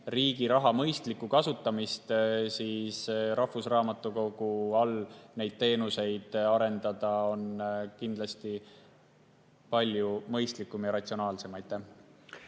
riigi raha mõistlikku kasutamist, siis rahvusraamatukogu all neid teenuseid arendada on kindlasti palju mõistlikum ja ratsionaalsem.